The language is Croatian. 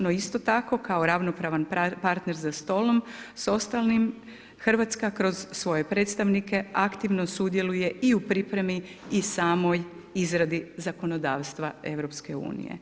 No, isto tako, kao ravnopravan partner za stolom s ostalim, Hrvatska kroz svoje predstavnike aktivno sudjeluje i u pripremi i samoj izradi zakonodavstva EU.